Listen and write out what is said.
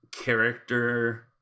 character